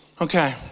Okay